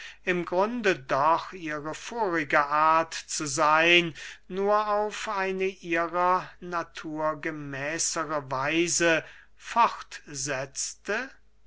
im grunde doch ihre vorige art zu seyn nur auf eine ihrer natur gemäßere weise